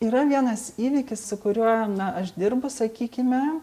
yra vienas įvykis su kuriuo na aš dirbu sakykime